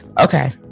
okay